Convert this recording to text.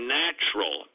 natural